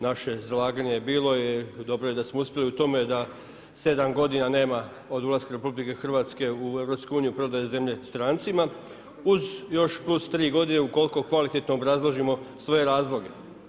Naše izlaganje bilo je, dobro je da smo uspjeli u tome da 7 godina nema od ulaska RH u EU, prodaje zemlje strancima uz još plus 3 godine ukoliko kvalitetno obrazložimo svoje razloge.